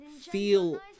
feel